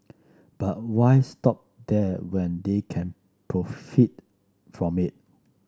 but why stop there when they can profit from it